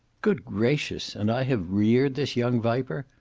good gracious! and i have reared this young viper!